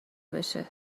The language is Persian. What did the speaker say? بشه